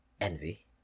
envy